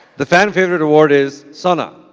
the fan favorite award is sana.